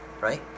right